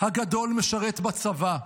הגדול משרת בצבא.